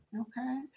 Okay